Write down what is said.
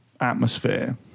atmosphere